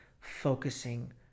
focusing